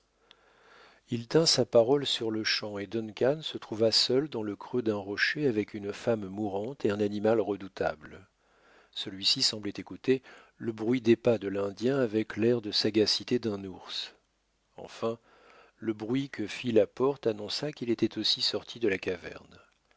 il tint sa parole sur-le-champ et duncan se trouva seul dans le creux d'un rocher avec une femme mourante et un animal redoutable celui-ci semblait écouter le bruit des pas de l'indien avec l'air de sagacité d'un ours enfin le bruit que fit la porte annonça qu'il était aussi sorti de la caverne